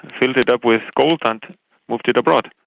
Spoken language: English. filled it up with gold and moved it abroad.